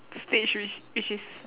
stage which which is